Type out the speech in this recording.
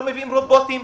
לא מביאים רובוטים,